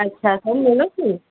ଆଚ୍ଛା ସବୁ ମିଳୁଛି